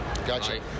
Gotcha